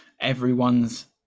everyone's